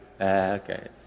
Okay